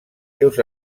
seus